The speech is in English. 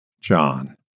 John